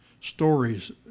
stories